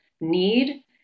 need